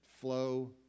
flow